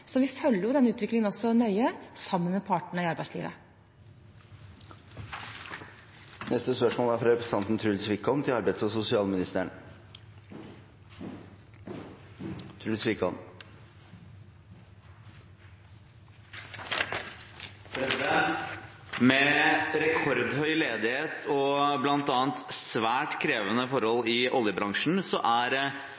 så vi følger denne utviklingen nøye sammen med partene i arbeidslivet. «Med rekordhøy ledighet og blant annet svært krevende forhold